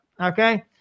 Okay